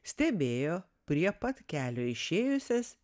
stebėjo prie pat kelio išėjusias